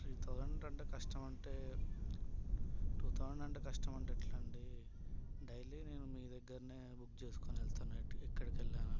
three thousand అంటే కష్టమంటే two thousand అంటే కష్టం అంటే ఎట్లా అండి డైలీ నేను మీ దగ్గరనే బుక్ చేసుకుని వెళ్తాను ఎక్కడికి వెళ్ళాలన్న